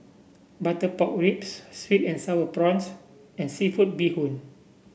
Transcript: Butter Pork Ribs sweet and sour prawns and seafood Bee Hoon